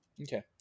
Okay